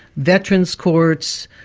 veterans' courts,